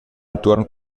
entuorn